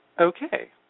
okay